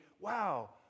wow